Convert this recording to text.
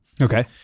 Okay